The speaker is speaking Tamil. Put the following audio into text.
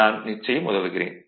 நான் நிச்சயம் உதவுகிறேன்